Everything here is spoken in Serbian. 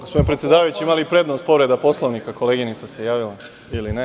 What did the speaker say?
Gospodine predsedavajući, ima li prednost povreda Poslovnika, koleginica se javila, ili ne?